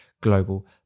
global